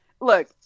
look